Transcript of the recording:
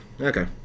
Okay